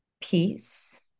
peace